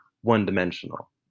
one-dimensional